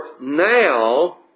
now